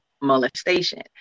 molestation